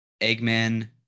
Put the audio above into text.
Eggman